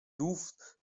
rów